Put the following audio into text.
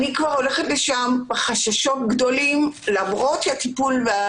אני כבר הולכת לשם בחששות גדולים למרות שהטיפול שלי